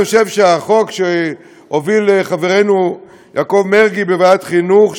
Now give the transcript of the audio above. אני חושב שהחוק שהוביל חברנו יעקב מרגי בוועדת חינוך,